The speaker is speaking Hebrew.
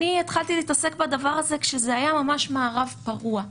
אני התחלתי להתעסק בדבר הזה כשזה היה ממש מערב פרוע.